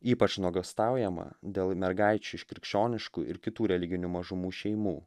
ypač nuogąstaujama dėl mergaičių iš krikščioniškų ir kitų religinių mažumų šeimų